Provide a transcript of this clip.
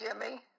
Jimmy